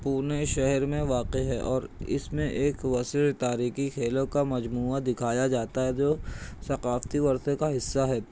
پونے شہر میں واقع ہے اور اس میں ایک وسیع تاریخی کھیلوں کا مجموعہ دکھایا جاتا ہے جو ثقافتی ورثے کا حصہ ہے